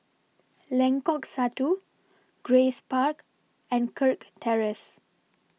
Lengkok Satu Grace Park and Kirk Terrace